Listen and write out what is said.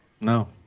No